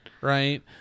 right